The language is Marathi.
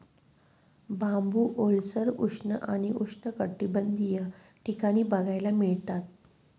बांबू ओलसर, उष्ण आणि उष्णकटिबंधीय ठिकाणी बघायला मिळतात